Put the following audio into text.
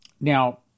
Now